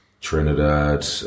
Trinidad